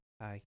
Hi